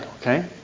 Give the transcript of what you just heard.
okay